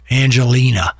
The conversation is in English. angelina